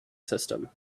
system